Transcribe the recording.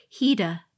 Hida